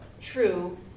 true